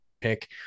Pick